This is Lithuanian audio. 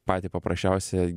patį paprasčiausią